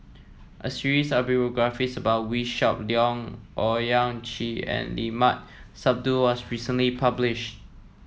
a series of biographies about Wee Shoo Leong Owyang Chi and Limat Sabtu was recently published